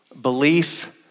Belief